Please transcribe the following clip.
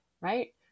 right